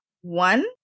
One